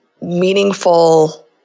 meaningful